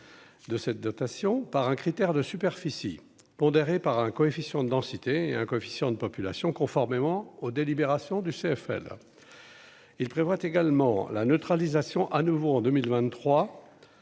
de cette dotation par un critère de superficie pondéré par un coefficient densité et un coefficient de population conformément aux délibération du CFL il prévoit également la neutralisation à nouveau en 2023,